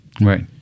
Right